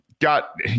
Got